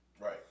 Right